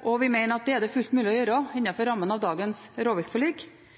og vi mener det er fullt mulig å gjøre det innenfor rammen av dagens rovviltforlik.